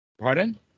Pardon